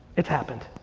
it's happened.